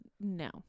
no